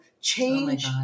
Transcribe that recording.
change